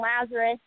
Lazarus